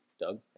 Doug